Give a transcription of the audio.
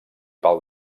pal